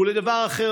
ולדבר אחר,